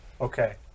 Okay